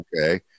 okay